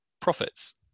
profits